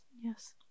Yes